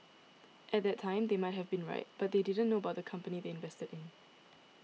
at that time they might have been right but they didn't know about the company they invested in